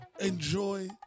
Enjoy